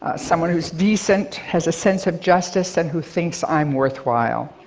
someone who's decent, has a sense of justice and who thinks i'm worthwhile.